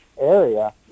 area